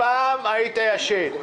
הפעם ישנת.